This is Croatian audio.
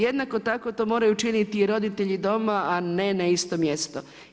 Jednako tako to moraju činiti i roditelji doma a ne na isto mjesto.